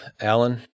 Alan